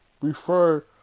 refer